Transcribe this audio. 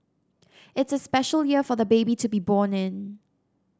it's a special year for the baby to be born in